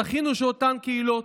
זכינו שאותן קהילות,